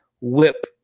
whip